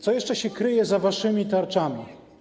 Co jeszcze się kryje za waszymi tarczami?